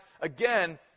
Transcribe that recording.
again